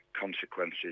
consequences